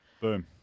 Boom